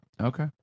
Okay